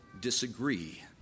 disagree